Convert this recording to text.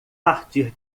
partir